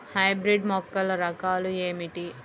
Hybrid మొక్కల రకాలు ఏమిటి?